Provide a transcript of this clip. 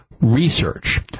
research